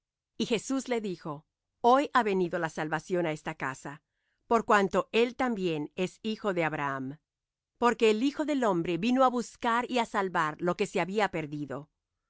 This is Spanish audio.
y jesús le dijo hoy ha venido la salvación á esta casa por cuanto él también es hijo de abraham porque el hijo del hombre vino á buscar y á salvar lo que se había perdido